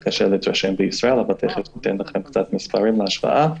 פה רואים את העלייה במספר המקרים במשך הזמן.